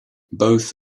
both